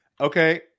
Okay